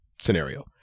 scenario